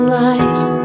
life